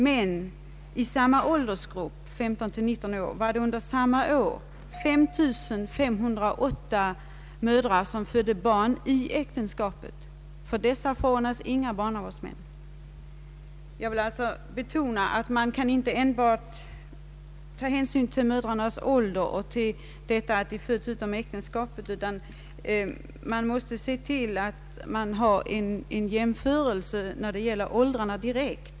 Men i samma åldersgrupp var det samma år 5 508 som födde barn i äktenskapet, och för dessa förordnas inga barnavårdsmän. Jag vill betona att man inte skall ta hänsyn enbart till mödrarnas ålder och till detta att de föder barn utom äktenskapet, utan man måste göra en jämförelse direkt mellan åldrarna.